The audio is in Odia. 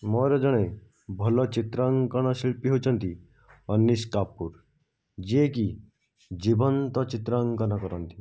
ମୋର ଜଣେ ଭଲ ଚିତ୍ର ଅଙ୍କନ ଶିଳ୍ପି ହେଉଛନ୍ତି ଅନିଷ କାପୁର ଯିଏକି ଜୀବନ୍ତ ଚିତ୍ର ଅଙ୍କନ କରନ୍ତି